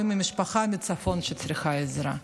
או במשפחה בצפון שצריכה עזרה.